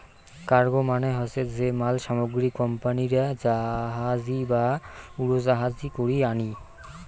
cargo মানে হসে যে মাল সামগ্রী কোম্পানিরা জাহাজী বা উড়োজাহাজী করি আনি